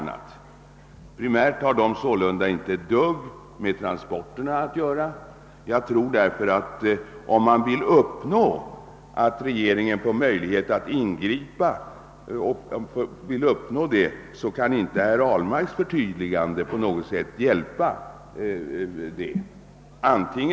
Primärt har den sålunda ingenting med transporterna att göra. Om man vill uppnå att regeringen får möjlighet att ingripa tror jag därför inte att herr Ahlmarks förtydligande på något sätt kan vara till hjälp.